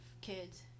kids